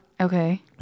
okay